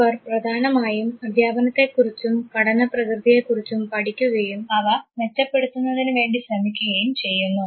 അവർ പ്രധാനമായും അധ്യാപനത്തെക്കുറിച്ചും പഠന പ്രകൃതിയെക്കുറിച്ചും പഠിക്കുകയും അവ മെച്ചപ്പെടുത്തുന്നതിന് വേണ്ടി ശ്രമിക്കുകയും ചെയ്യുന്നു